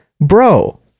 bro